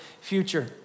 future